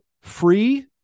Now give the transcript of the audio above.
free